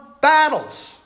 battles